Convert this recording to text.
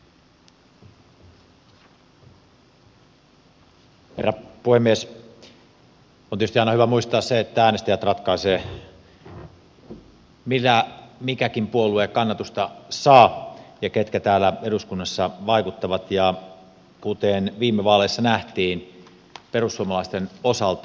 on tietysti aina hyvä muistaa se että äänestäjät ratkaisevat mitä mikäkin puolue kannatusta saa ja ketkä täällä eduskunnassa vaikuttavat ja kuten viime vaaleissa nähtiin perussuomalaisten osalta